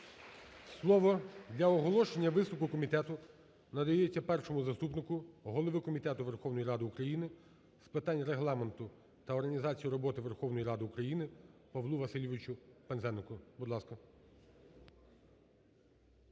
Слово для оголошення виступу комітету надається першому заступнику голови Комітету Верховної Ради України з питань Регламенту та організації роботи Верховної Ради України Павлу Васильовичу Пинзенику. Будь ласка.